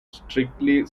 strictly